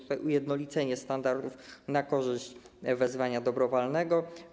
Nastąpi ujednolicenie standardów na korzyść wezwania dobrowolnego.